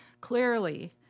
Clearly